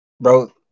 bro